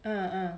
uh uh